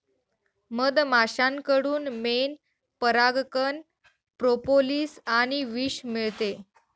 मधमाश्यांकडून मेण, परागकण, प्रोपोलिस आणि विष मिळते